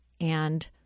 and-